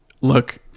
Look